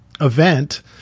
event